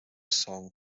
song